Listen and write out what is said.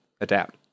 adapt